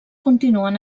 continuen